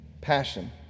Passion